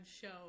show